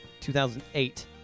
2008